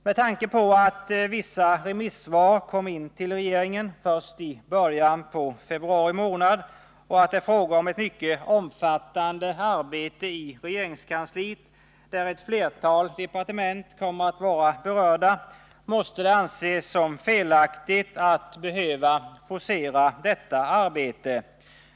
Med tanke på att vissa remissvar kom in till regeringen först i början av februari månad och även med tanke på att det är fråga om ett mycket omfattande arbete i regeringskansliet, som berör ett flertal departement, måste det anses som felaktigt att behöva forcera detta arbete.